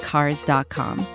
Cars.com